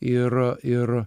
ir ir